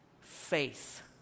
faith